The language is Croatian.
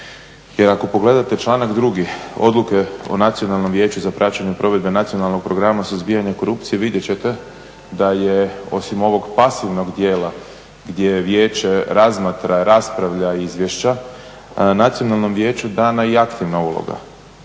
Jer ako pogledate članak 2. Odluke o Nacionalnom vijeću za praćenje provedbe Nacionalnog programa suzbijanja korupcije vidjet ćete da je osim ovog pasivnog dijela gdje Vijeće razmatra, raspravlja izvješća, Nacionalnom vijeću dana je i aktivna uloga